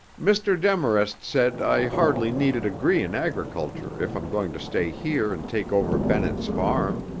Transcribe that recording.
mr. demarest said i hardly need a degree in agriculture if i'm going to stay here and take over bennett's farm.